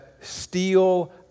steal